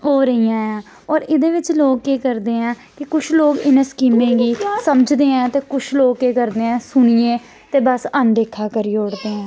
हो रेहियां ऐ होर एह्दे बिच्च लोक केह् करदे ऐ कि कुछ लोक इ'नें स्कीमें गी समझदे ऐं ते कुछ लोक केह् करदे ऐ सुनियै ते बस अनदेखा करी ओड़दे ऐं